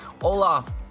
Olaf